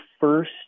first